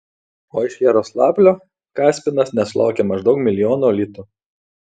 o iš jaroslavlio kaspinas nesulaukė maždaug milijono litų